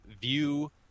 view